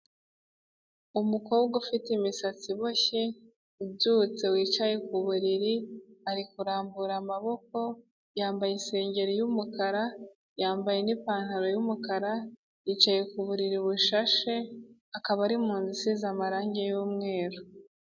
Umukobwa ufite imisatsi iboshye, ubyutse wicaye ku buriri, ari kurambura amaboko, yambaye isengeri y'umukara, yambaye n'ipantaro y'umukara, yicaye ku buriri bushashe, akaba ari mu nzu isize amarangi y'umweru.